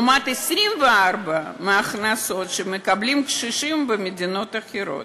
לעומת 24% מההכנסות שמקבלים קשישים במדינות אחרות.